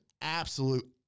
absolute